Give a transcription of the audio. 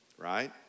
right